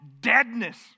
deadness